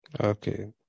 okay